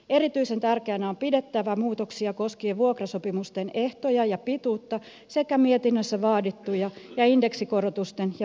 erityisen tärkeänä on pidettävä muutoksia koskien vuokrasopimusten ehtoja ja pituutta sekä mietinnössä vaadittuja indeksikorotusten ja voitontuloutuksen muutoksia